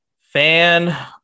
fan